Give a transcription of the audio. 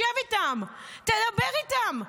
שב איתם, תדבר איתם.